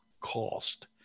cost